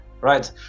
Right